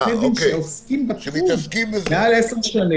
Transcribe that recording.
עורכי דין שעוסקים בתחום מעל 10 שנים,